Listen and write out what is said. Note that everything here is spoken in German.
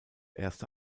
erste